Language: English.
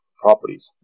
properties